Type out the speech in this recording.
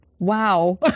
Wow